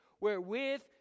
wherewith